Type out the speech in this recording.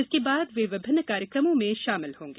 इसके बाद वे विभिन्न कार्यक्रमों में शामिल होंगे